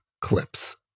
clips